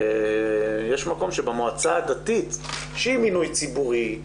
יש מקום שבמועצה הדתית שהיא מינוי ציבורי,